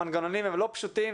המנגנונים הם לא פשוטים,